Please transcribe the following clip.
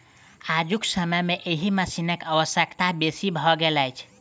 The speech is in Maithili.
आजुक समय मे एहि मशीनक आवश्यकता बेसी भ गेल अछि